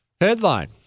Headline